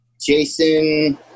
Jason